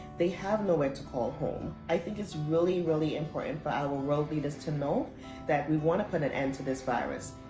they have nowhere to call home. i think it's really, really important for our world leaders to know that we want to put an end to this virus.